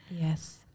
yes